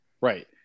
right